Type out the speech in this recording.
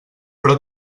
però